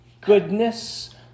goodness